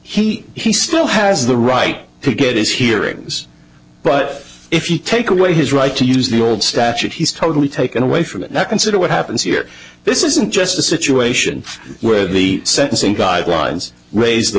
he he still has the right to get his hearings but if you take away his right to use the old statute he's totally taken away from that neck and sort of what happens here this isn't just a situation where the sentencing guidelines raise the